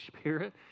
Spirit